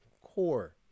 CORE